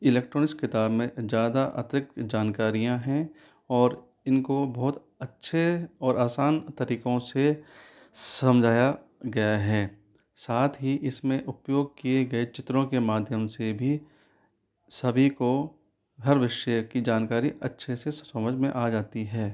electronics किताब में ज़्यादा अतिरिक्त जानकारियाँ हैं और इनको बहुत अच्छे और असान तरीकों से समझाया गया है साथ ही इसमें उपयोग किये गये चित्रों के माध्यम से भी सभी को हर विषय की जानकारी अच्छे से समझ में आ जाती है